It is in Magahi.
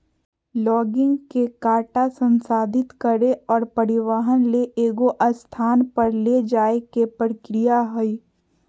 लॉगिंग के काटा संसाधित करे और परिवहन ले एगो स्थान पर ले जाय के प्रक्रिया हइ